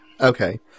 Okay